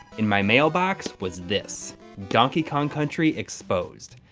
in my mailbox was this donkey kong country exposed.